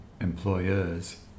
employers